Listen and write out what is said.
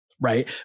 right